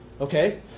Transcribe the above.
Okay